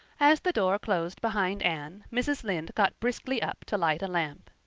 as the door closed behind anne mrs. lynde got briskly up to light a lamp.